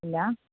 ഇല്ല